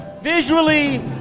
Visually